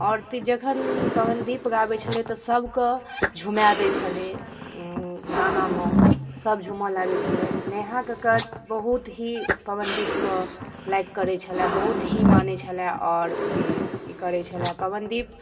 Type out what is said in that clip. आओर जखन पवनदीप गाबै छलै तऽ सबके झुमए दै छलै गानामे सब झुमऽ लागै छलै नेहा कक्कड़ बहुत ही पवनदीपके लाइक करै छलाए बहुत ही मानै छलाए आओर ई करै छलाए पवनदीप